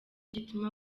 gituma